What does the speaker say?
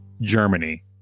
Germany